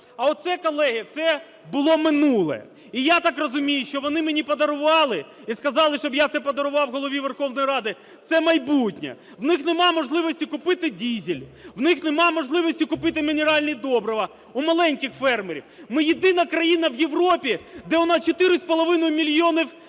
А оце, колеги, це було минуле. І я так розумію, що вони мені подарували і сказали, щоб я це подарував Голові Верховної Ради, – це майбутнє. У них немає можливості купити дизель, у них немає можливості купити мінеральні добрива, у маленьких фермерів. Ми єдина країна в Європі, де у нас 4,5 мільйонів